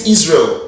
Israel